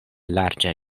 larĝa